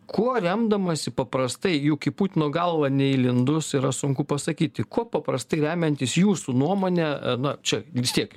kuo remdamasi paprastai juk į putino galvą neįlindus yra sunku pasakyti kuo paprastai remiantis jūsų nuomone na čia vis tiek